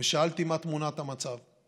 שאלתי מה תמונת המצב.